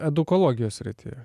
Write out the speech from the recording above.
edukologijos srityje